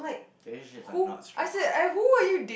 relationships are not stressful